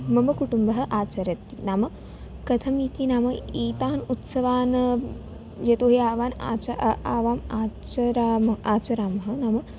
मम कुटुम्बः आचरति नाम कथमिति नाम एतान् उत्सवान् यतो हि आवाम् आचरावः आवाम् आचरावः आचरावः नाम